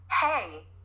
hey